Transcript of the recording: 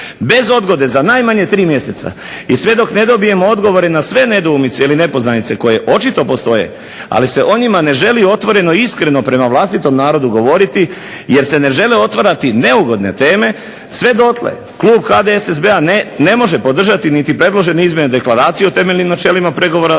Bez odgode za najmanje 3 mjeseca i sve dok ne dobijemo odgovore na sve nedoumice ili nepoznanice koje očito postoje, ali se o njima ne želi otvoreno i iskreno prema vlastitom narodu govoriti jer se ne žele otvarati neugodne teme sve dotle klub HDSSB-a ne može podržati niti predložene izmjene deklaracije o temeljnim načelima pregovora